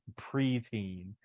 preteen